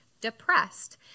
depressed